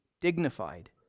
dignified